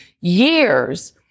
years